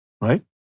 right